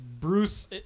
Bruce